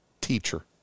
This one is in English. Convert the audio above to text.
Teacher